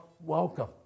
welcome